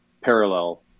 parallel